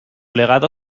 legado